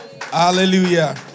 Hallelujah